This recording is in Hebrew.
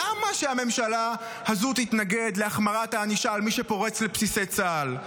למה שהממשלה הזאת תתנגד להחמרת הענישה למי שפורץ לבסיסי צה"ל?